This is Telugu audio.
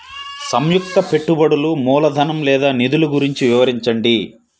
సంయుక్త పెట్టుబడులు మూలధనం లేదా నిధులు గురించి వివరించండి?